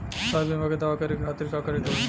स्वास्थ्य बीमा के दावा करे के खातिर का करे के होई?